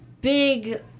big